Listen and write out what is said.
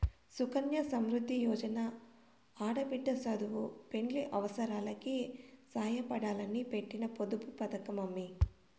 సుకన్య సమృద్ది యోజన ఆడబిడ్డ సదువు, పెండ్లి అవసారాలకి సాయపడాలని పెట్టిన పొదుపు పతకమమ్మీ